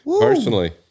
Personally